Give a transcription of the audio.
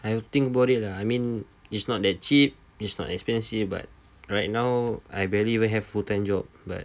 I will think about it lah I mean it's not that cheap it's not expensive but right now I barely will have full time job but